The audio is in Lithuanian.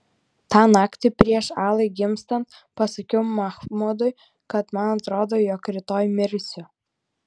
tą naktį prieš alai gimstant pasakiau machmudui kad man atrodo jog rytoj mirsiu